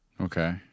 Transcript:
Okay